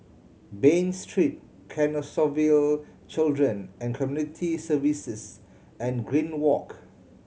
Bain Street Canossaville Children and Community Services and Green Walk